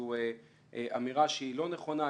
זו אמירה שהיא לא נכונה,